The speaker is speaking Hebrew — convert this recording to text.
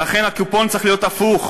ולכן הקופון צריך להיות הפוך,